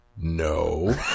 No